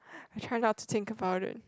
I try not to think about it